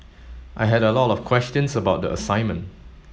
I had a lot of questions about the assignment